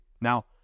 Now